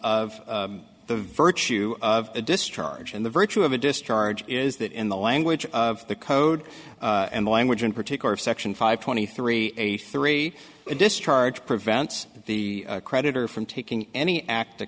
of the virtue of the discharge and the virtue of a discharge is that in the language of the code and language in particular of section five twenty three a three discharge prevents the creditor from taking any act to